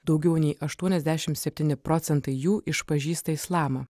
daugiau nei aštuoniasdešimt septyni procentai jų išpažįsta islamą